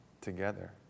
together